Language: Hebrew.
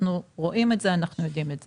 אנחנו רואים את זה ויודעים את זה.